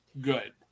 Good